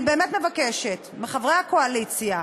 אני באמת מבקשת מחברי הקואליציה,